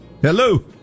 Hello